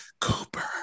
cooper